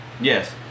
yes